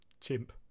chimp